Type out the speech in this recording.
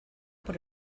por